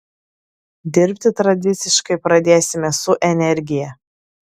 dirbti tradiciškai pradėsime su energija